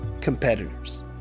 competitors